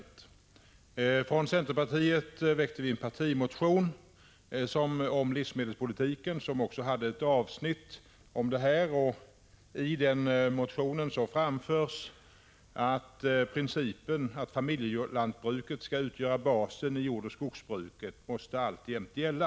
Vi från centerpartiet väckte en partimotion om livsmedelspolitiken som innehöll ett avsnitt om jordförvärvslagen. I denna motion framfördes att principen att familjelantbruket skall utgöra basen i jordoch skogsbruket alltjämt måste gälla.